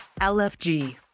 LFG